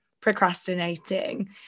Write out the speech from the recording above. procrastinating